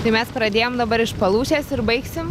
tai mes pradėjome dabar iš palūšės ir baigsim